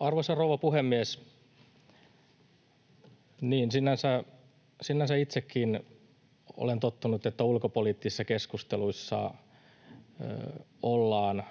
Arvoisa rouva puhemies! Niin, sinänsä itsekin olen tottunut, että ulkopoliittisissa keskusteluissa ollaan